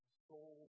soul